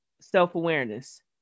self-awareness